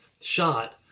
shot